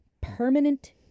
permanent